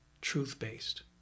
truth-based